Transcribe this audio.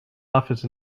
office